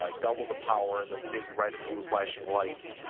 ah double the power. they're big right and blue flashing lights,